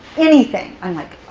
anything. i'm like,